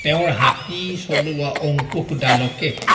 তেওঁৰ হাতী চলোৱা অংকুশ ডালকে